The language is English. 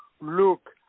look